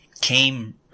came